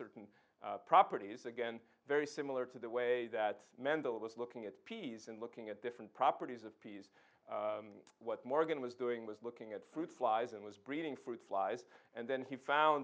certain properties again very similar to the way that mendel was looking at p t s and looking at different properties of peas what morgan was doing was looking at fruit flies and was breeding fruit flies and then he found